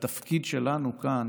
שהתפקיד שלנו כאן